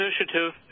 initiative